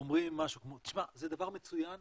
אומרים משהו כמו: תשמע, זה דבר מצוין,